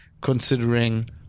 considering